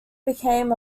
became